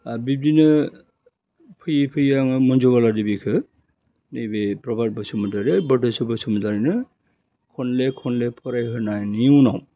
ओह बिब्दिनो फैयै फैयै आङो मन्जुबाला देबिखो नैबे प्रबाट बसुमतारीआ बद्रेस्वर बसुमतारिनो खनले खनले फरायहोनायनि उनाव